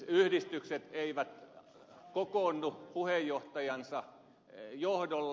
yhdistykset eivät kokoonnu puheenjohtajansa johdolla